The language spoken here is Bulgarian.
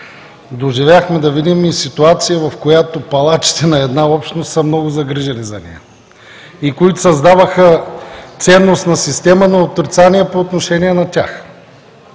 Доживяхме да видим и ситуация, в която палачите на една общност са много загрижени за нея, които създаваха ценностна система на отрицание по отношение на тях.